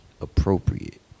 appropriate